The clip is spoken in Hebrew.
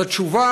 אז התשובה